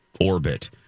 orbit